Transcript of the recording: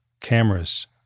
cameras